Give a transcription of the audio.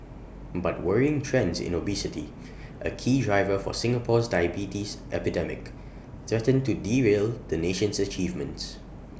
but worrying trends in obesity A key driver for Singapore's diabetes epidemic threaten to derail the nation's achievements